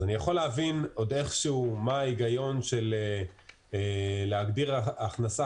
אני יכול להבין איכשהו מה ההיגיון להגדיר הכנסה